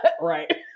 right